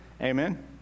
Amen